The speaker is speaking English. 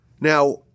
Now